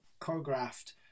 choreographed